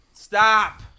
Stop